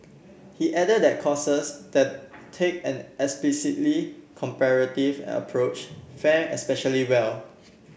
he added that courses that take an explicitly comparative approach fare especially well